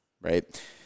right